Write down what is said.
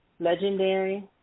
Legendary